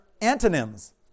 antonyms